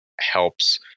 helps